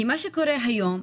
כי מה שקורה היום,